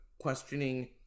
questioning